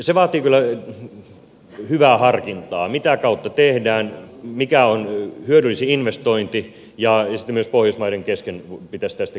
se vaatii kyllä hyvää harkintaa mitä kautta tehdään mikä on hyödyllisin investointi ja sitten myös pohjoismaiden kesken pitäisi tästä käydä sitä keskustelua